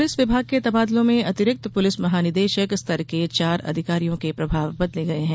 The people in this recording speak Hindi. पुलिस विभाग के तबादलों में अतिरिक्त पुलिस महानिदेशक स्तर के चार अधिकारियों के प्रभार बदले गये हैं